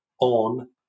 on